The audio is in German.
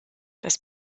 das